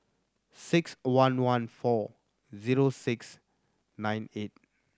six one one four zero six nine eight